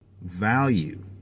value